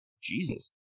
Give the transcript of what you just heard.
Jesus